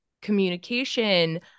communication